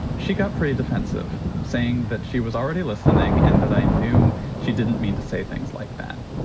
she got pretty defensive, saying that she was already listening and that i knew she didn't mean to say things like that.